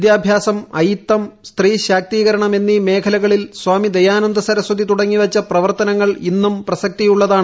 വിദ്യാഭ്യാസം അയിത്ത് കൃഷ്ത്രീ ശാക്തീകരണം എന്നീ മേഖലകളിൽ സ്വാമിക്ക് ദ്ദ്യാനന്ദ സരസ്വതി തുടങ്ങി വച്ച പ്രവർത്തനങ്ങൾ ഇന്നുട്ട് പ്രസക്തിയുള്ളതാണ്